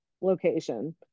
location